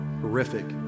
horrific